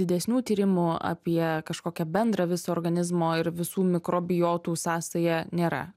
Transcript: didesnių tyrimų apie kažkokią bendrą viso organizmo ir visų mikrobiotų sąsają nėra